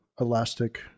Elastic